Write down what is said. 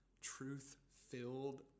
truth-filled